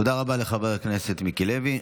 תודה רבה לחבר הכנסת מיקי לוי.